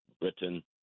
Britain